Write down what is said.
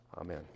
Amen